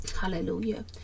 hallelujah